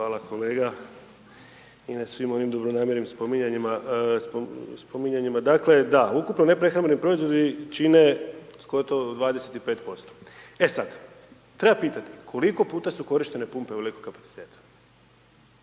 Hvala kolega. Vi na svim dobronamjernim spominjanima, dakle, da, ukupno neprehrambeni proizvodi čine gotovo 25%. E sad, treba pitati, koliko puta su korištene pumpe u ovolikom kapacitetu.